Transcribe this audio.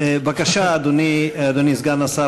בבקשה, אדוני סגן השר.